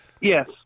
Yes